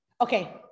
Okay